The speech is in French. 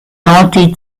hanter